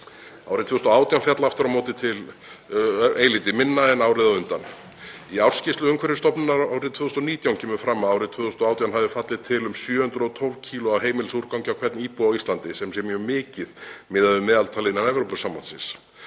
Árið 2018 féll aftur á móti til eilítið minna en árið á undan. Í ársskýrslu Umhverfisstofnunar árið 2019 kemur fram að árið 2018 hafi fallið til um 712 kg af heimilisúrgangi á hvern íbúa á Íslandi sem sé mjög mikið miðað við meðaltal innan Evrópusambandsins.